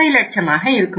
50 லட்சமாக இருக்கும்